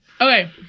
Okay